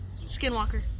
Skinwalker